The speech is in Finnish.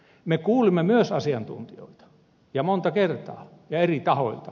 me kuulimme myös asiantuntijoita monta kertaa ja eri tahoilta